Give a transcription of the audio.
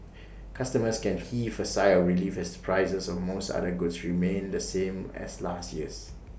customers can heave A sigh of relief as prices of most other goods remain the same as last year's